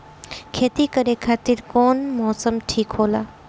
खेती करे खातिर कौन मौसम ठीक होला?